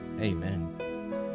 amen